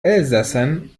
elsässern